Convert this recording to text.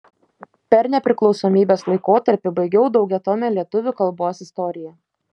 per nepriklausomybės laikotarpį baigiau daugiatomę lietuvių kalbos istoriją